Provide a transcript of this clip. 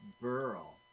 burl